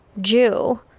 Jew